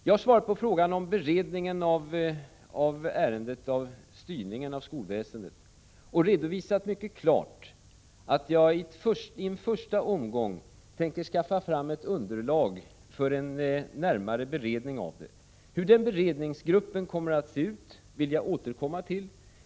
Jag har svarat på frågan om beredningen av ärendet om styrning av skolväsendet och redovisat mycket klart att jag i en första omgång tänker skaffa fram ett underlag för en närmare beredning av det. Hur beredningsgruppen kommer att se ut vill jag återkomma till.